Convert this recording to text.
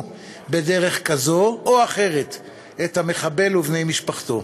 בדרך כזאת או אחרת את המחבל ובני משפחתו.